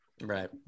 right